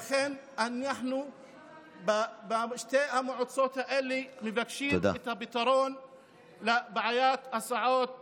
לכן בשתי המועצות האלה אנחנו מבקשים את הפתרון לבעיית ההסעות בנגב.